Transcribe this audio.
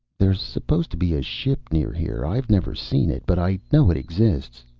there's supposed to be a ship near here. i've never seen it. but i know it exists.